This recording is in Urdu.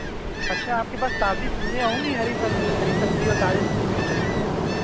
اچھا آپ کے پاس تازی سبزیاں ہوں گی ہری سبزی ہری سبزی اور تازی سبزی مجھے چاہیے